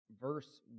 verse